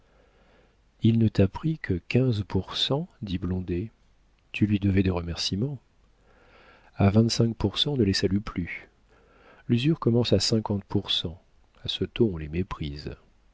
il ne t'a pris que quinze pour cent dit blondet tu lui devais des remerciements a vingt-cinq pour cent on ne les salue plus l'usure commence à cinquante pour cent à ce taux on les méprise